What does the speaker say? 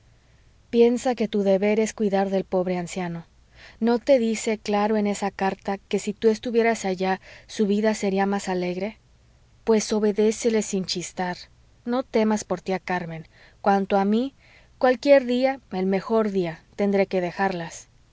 piensa que tu deber es cuidar del pobre anciano no te dice claro en esa carta que si tú estuvieras allá su vida sería más alegre pues obedécele sin chistar no temas por tía carmen cuanto a mí cualquier día el mejor día tendré que dejarlas